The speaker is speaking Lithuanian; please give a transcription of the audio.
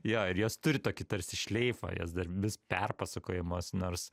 jo ir jos turi tokį tarsi šleifą jos dar vis perpasakojamos nors